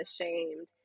ashamed